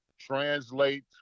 translate